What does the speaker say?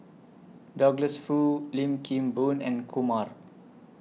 Douglas Foo Lim Kim Boon and Kumar